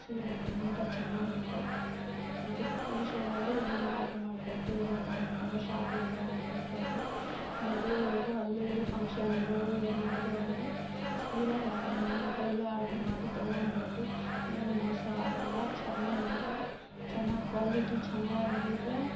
ಸೀರೆ ತುಂಬ ಚೆನ್ನಾಗಿದೆ ಅದಕ್ಕೆ ಮೀಶೋದಲ್ಲಿ ಏನೇನು ಆರ್ಡ್ರ್ ಮಾಡಬೇಕು ಇಲ್ಲ ತಗೊಬೇಕಂದರೆ ಶಾಪ್ಗೆಲ್ಲ ಹೋಗೋ ಬದಲು ಮದ್ವೆಗಳಿಗೂ ಅಲ್ಲಿ ಇಲ್ಲಿ ಫಂಕ್ಷನ್ಗಳು ಏನಾದರು ಆದರೆ ಸೀರೆ ಇದರಲ್ಲೇ ಆರ್ಡ್ರು ಮಾಡಿ ತಗೊಬೋದು ಏನು ಮೋಸ ಆಗೋಲ್ಲ ಚೆನ್ನಾಗಿದೆ ಚೆನ್ನಾಗ್ ಕ್ವಾಲಿಟಿ ಚೆನ್ನಾಗಿದೆ